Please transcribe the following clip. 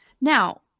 Now